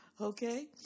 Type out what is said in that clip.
Okay